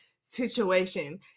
situation